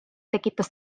tekitas